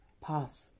path